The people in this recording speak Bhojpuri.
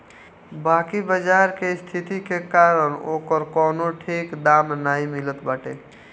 बाकी बाजार के स्थिति के कारण ओकर कवनो ठीक दाम नाइ मिलत बाटे